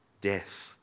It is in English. death